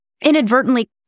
inadvertently